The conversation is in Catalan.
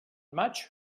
maig